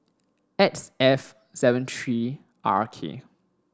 X F seven three R K